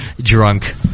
Drunk